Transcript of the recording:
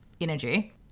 energy